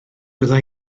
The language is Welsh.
bydda